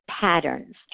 patterns